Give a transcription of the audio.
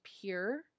pure